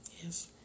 Yes